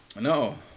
No